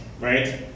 right